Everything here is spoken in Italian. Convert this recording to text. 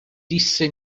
disse